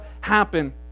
happen